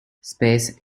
space